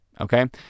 Okay